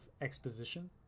exposition